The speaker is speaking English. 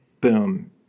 boom